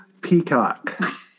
Peacock